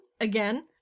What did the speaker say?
again